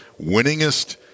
winningest